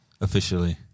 officially